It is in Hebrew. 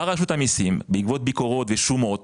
באה רשות המיסים, בעקבות ביקורות ושומות